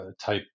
type